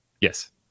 yes